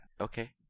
Okay